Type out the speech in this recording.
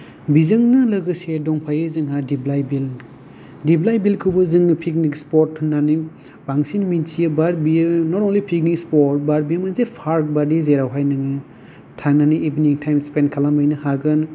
बिजोंनो लोगोसे दंफायो जोंहा दिप्लाय बिल दिप्लाय बिलखौबो जोङो पिकनिक स्पट होननानै बांसिन मिन्थियो बाट बेयो not only picnic spot but बे मोनसे पार्क बादि जेरावहाय नोङो थांनानै नोङो इभिनिं टाइम स्पेन्ड खालामहैनो हागोन